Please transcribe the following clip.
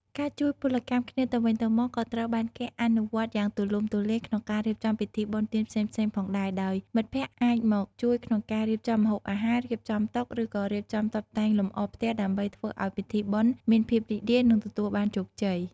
ការជួយពលកម្មគ្នាទៅវិញទៅមកក៏ត្រូវបានគេអនុវត្តយ៉ាងទូលំទូលាយក្នុងការរៀបចំពិធីបុណ្យទានផ្សេងៗផងដែរ ដោយមិត្តភក្តិអាចមកជួយក្នុងការរៀបចំម្ហូបអាហារ រៀបចំតុ ឬក៏រៀបចំតុបតែងលម្អផ្ទះដើម្បីធ្វើឱ្យពិធីបុណ្យមានភាពរីករាយនិងទទួលបានជោគជ័យ។